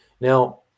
Now